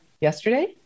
yesterday